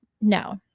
No